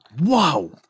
wow